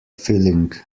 filling